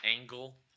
angle